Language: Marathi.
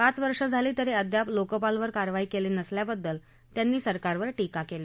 पाच वर्ष झाली तरी अद्याप लोकपालवर कारवाई केली नसल्याबद्दल त्यांनी सरकारवर टीका केली